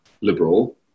liberal